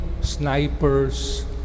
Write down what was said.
snipers